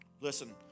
Listen